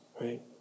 right